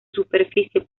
superficie